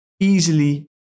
easily